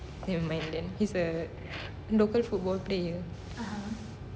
never mind then he's a local football player